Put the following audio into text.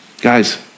guys